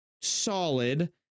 solid